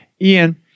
Ian